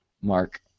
Mark